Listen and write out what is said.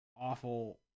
awful